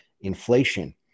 inflation